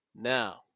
Now